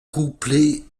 couplet